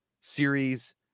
series